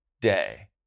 day